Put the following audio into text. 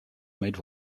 made